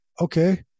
Okay